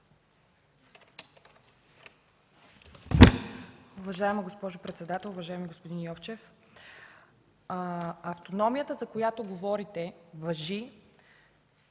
Уважаема госпожо председател! Уважаеми господин Йовчев, автономията, за която говорите, важи